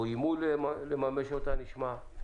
או איימו לממש אותה, עוד נשמע.